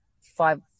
five